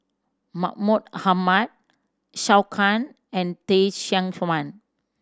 Mahmud Ahmad Zhou Can and Teh Cheang Wan